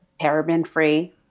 paraben-free